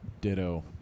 Ditto